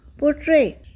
portray